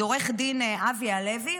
עו"ד אבי הלוי,